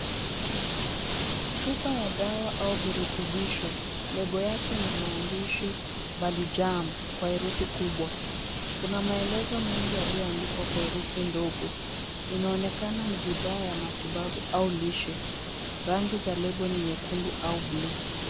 Chupa ya dawa au virutubisho. Lebo yake ina maandishi Balijam kwa herufi kubwa .Kuna maelezo mengi yaliyoandikwa kwa herufi ndogo. Inaonekana ni bidhaa ya matibabu au lishe. Rangi za lebo ni nyekundu au buluu.